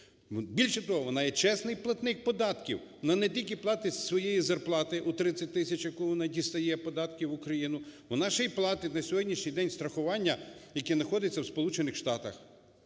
Більше того, вона є чесний платник податків, вона не тільки платить з своєї зарплати у 30 тисяч, яку вона дістає, податки в Україну, вона ще й платить на сьогоднішній день страхування, яке знаходяться в